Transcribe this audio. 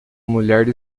mulher